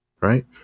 Right